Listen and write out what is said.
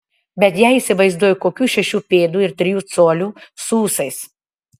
bet ją įsivaizduoju kokių šešių pėdų ir trijų colių su ūsais